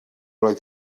oedd